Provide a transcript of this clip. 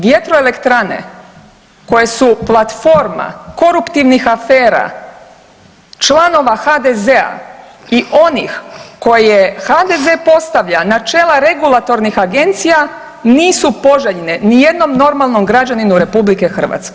Vjetroelektrane koje su platforma koruptivnih afera članova HDZ-a i onih koje HDZ postavlja na čela regulatornih agencija nisu poželjne ni jednom normalnom građaninu RH.